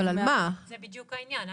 זה בדיוק העניין.